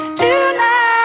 tonight